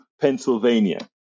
Pennsylvania